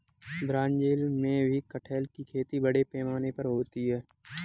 Brazil में भी कटहल की खेती बड़े पैमाने पर होती है